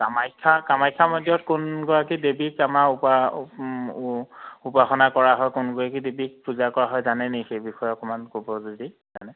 কামাখ্যা কামাখ্যা মন্দিৰত কোনগৰাকী দেৱীক আমাৰ উপাসনা কৰা হয় কোনগৰাকী দেৱীক পূজা কৰা হয় জানে নেকি সেই বিষয়ে অকণমান ক'ব যদি জানে